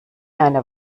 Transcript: eine